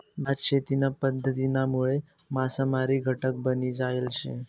भात शेतीना पध्दतीनामुळे मासामारी घटक बनी जायल शे